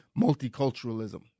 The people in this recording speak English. multiculturalism